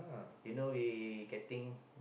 you know we getting